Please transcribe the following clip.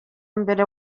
mbere